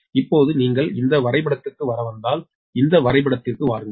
இப்போது நீங்கள் இந்த வரைபடத்திற்கு வர வந்தால் இந்த வரைபடத்திற்கு வாருங்கள்